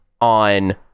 on